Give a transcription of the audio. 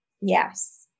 yes